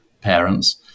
parents